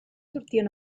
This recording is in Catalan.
sortien